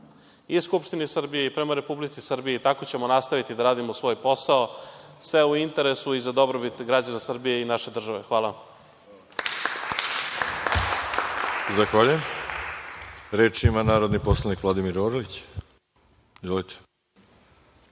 i Skupštini Srbije i prema Republici Srbiji, i tako ćemo nastaviti da radimo svoj posao, sve u interesu i za dobrobit građana Srbije i naše države. Hvala.